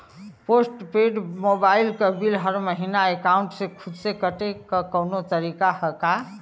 Post paid mobile क bill हर महिना एकाउंट से खुद से कटे क कौनो तरीका ह का?